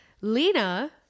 Lena